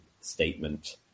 statement